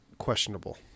questionable